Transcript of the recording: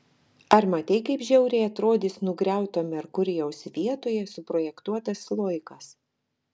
ar matei kaip žiauriai atrodys nugriauto merkurijaus vietoje suprojektuotas sloikas